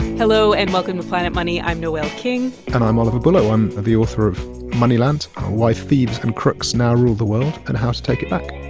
hello and welcome to planet money. i'm noel king and i'm oliver bullough. i'm the author of moneyland why thieves and crooks now rule the world and how to take it back.